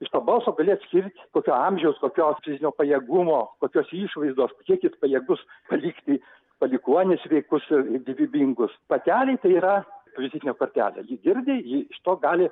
iš to balso gali atskirt kokio amžiaus kokio fizinio pajėgumo kokios išvaizdos kiek jis pajėgus palikti palikuonis sveikus ir gyvybingus patelei tai yra vizitinė kortelė ji girdi ji iš to gali